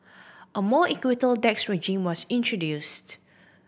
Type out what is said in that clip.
a more equitable tax regime was introduced